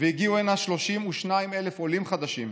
והגיעו הנה 32,000 עולים חדשים.